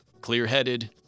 Clear-headed